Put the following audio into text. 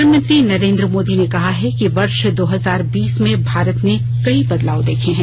प्रधानमंत्री नरेंद्र मोदी ने कहा है कि वर्ष दो हजार बीस में भारत ने कई बदलाव देखें हैं